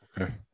okay